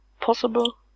possible